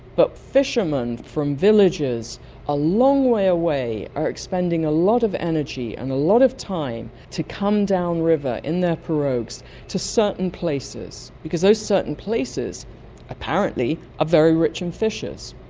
but fishermen from villages a long way away are expending a lot of energy and a lot of time to come downriver in their pirogues to certain places because those certain places apparently are ah very rich in fishes.